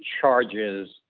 charges